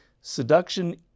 Seduction